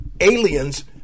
aliens